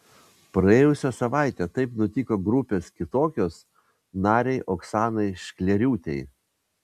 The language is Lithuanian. praėjusią savaitę taip nutiko grupės kitokios narei oksanai šklėriūtei